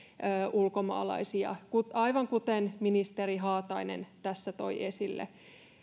ulkomaalaisia henkilöitä aivan kuten ministeri haatainen tässä toi esille